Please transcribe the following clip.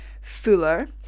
fuller